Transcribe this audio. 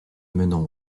menant